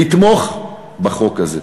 לתמוך בחוק הזה.